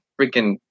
freaking